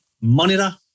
Monitor